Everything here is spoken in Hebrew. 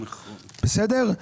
בסדר?